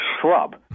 shrub